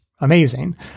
amazing